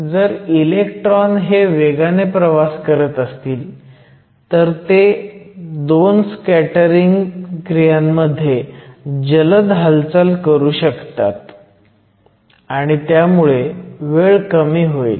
जर इलेक्ट्रॉन हे वेगाने प्रवास करत असतील तर ते 2 स्कॅटरिंग क्रियांमध्ये जलद हालचाल करू शकतील आणि त्यामुळे वेळ कमी होईल